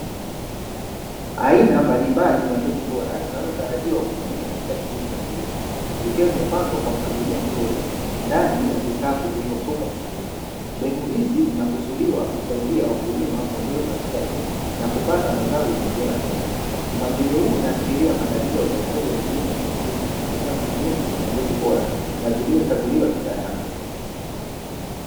Aina mbalimbali za mbegu bora zinazotarajiwa kutumika katika shughuli za kilimo, zikiwa zimepangwa kwa mpangilio mzuri ndani ya vikapu vilivyosukwa vizuri. Mbegu hizi zinakusudiwa kusaidia wakulima kuongeza uzalishaji na kupata mazao yenye ubora zaidi. Mpangilio huu unaashiria maandalizi ya uzalishaji wa kilimo chenye tija kupitia matumizi ya mbegu bora na zilizochaguliwa kisayansi.